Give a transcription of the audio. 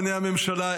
בעיני הממשלה,